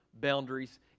boundaries